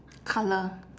colour